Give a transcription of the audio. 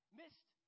missed